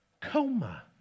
coma